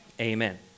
Amen